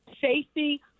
safety